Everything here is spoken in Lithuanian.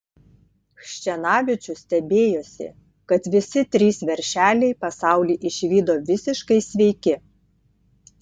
chščenavičius stebėjosi kad visi trys veršeliai pasaulį išvydo visiškai sveiki